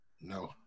No